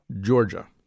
Georgia